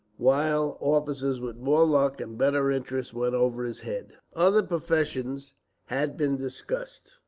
while officers with more luck and better interest went over his head. other professions had been discussed,